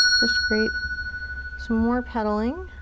just create some more petaling.